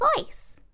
voice